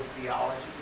theology